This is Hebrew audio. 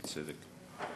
בצדק.